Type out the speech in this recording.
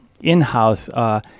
in-house